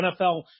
NFL